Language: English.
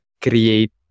create